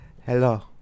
Hello